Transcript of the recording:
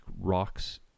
rocks